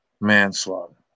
manslaughter